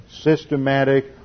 systematic